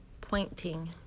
Pointing